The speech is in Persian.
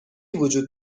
وجود